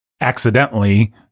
accidentally